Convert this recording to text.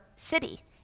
city